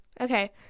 Okay